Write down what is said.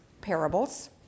parables